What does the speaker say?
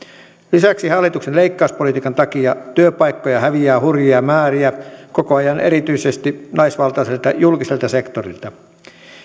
lisäksi hallituksen leikkauspolitiikan takia työpaikkoja häviää hurjia määriä koko ajan erityisesti naisvaltaiselta julkiselta sektorilta